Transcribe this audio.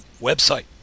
website